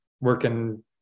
working